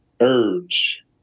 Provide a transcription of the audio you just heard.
urge